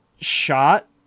shot